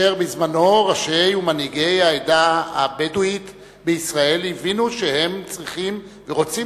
בזמנו ראשי ומנהיגי העדה הבדואית בישראל הבינו שהם צריכים ורוצים